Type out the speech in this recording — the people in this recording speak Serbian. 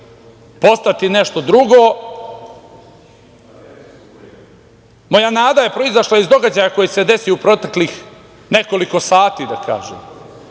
postati nešto drugo. Moja nada je proizašla iz događaja koji se desio u proteklih nekoliko sati, da kažem.